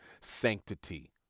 sanctity